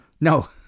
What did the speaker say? No